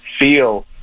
feel